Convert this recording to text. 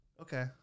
Okay